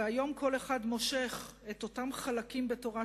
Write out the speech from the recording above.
והיום כל אחד מושך את אותם חלקים בתורת